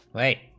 right